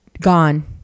gone